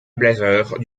blazers